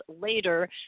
later